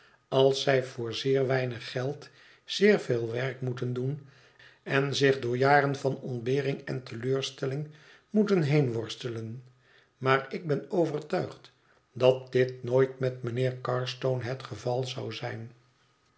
als zij voor zeer weinig geld zeer veel werk moeten doen en zich door jaren van ontbering en teleurstelling moeten heen worstelen maar ik ben overtuigd dat dit nooit met mijnheer carstone het geval zou zijn